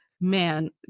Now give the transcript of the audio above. Man